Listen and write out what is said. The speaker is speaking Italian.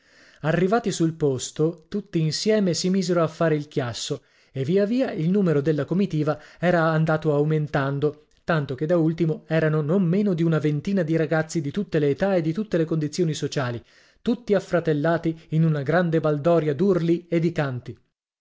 arrivati sul posto tutti insieme si misero a fare il chiasso e via via il numero della comitiva era andato aumentando tanto che da ultimo erano non meno di una ventina di ragazzi di tutte le età e di tutte le condizioni sociali tutti affratellati in una grande baldoria d'urli e di canti